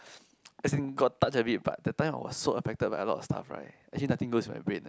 as in got touch a bit but that time I was so affected by a lot of stuff right actually nothing goes in my brain eh